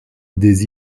des